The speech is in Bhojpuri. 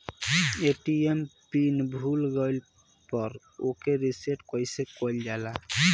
ए.टी.एम पीन भूल गईल पर ओके रीसेट कइसे कइल जाला?